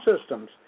systems